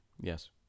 Yes